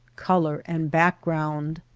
color, and background.